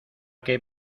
que